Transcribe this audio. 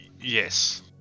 Yes